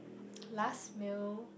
last meal